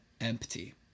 empty